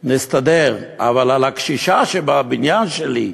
נסתדר, אבל על הקשישה שבבניין השלי,